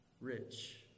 rich